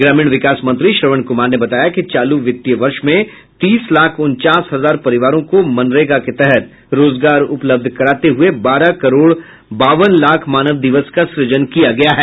ग्रामीण विकास मंत्री श्रवण कुमार ने बताया कि चालू वित्तीय वर्ष में तीस लाख उनचास हजार परिवारों को मनरेगा के तहत रोजगार उपलब्ध कराते हुये बारह करोड़ बावन लाख मानव दिवस का सृजन किया गया है